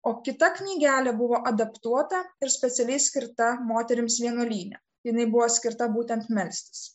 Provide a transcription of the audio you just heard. o kita knygelė buvo adaptuota ir specialiai skirta moterims vienuolyne jinai buvo skirta būtent melstis